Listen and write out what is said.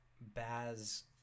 baz